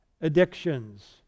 addictions